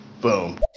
Boom